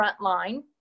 frontline